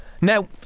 Now